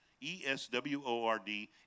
E-S-W-O-R-D